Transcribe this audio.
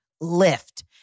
lift